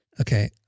Okay